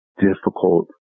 difficult